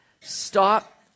stop